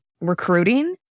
recruiting